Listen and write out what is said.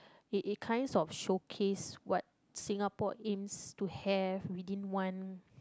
it it kinds of showcase what Singapore aims to have within one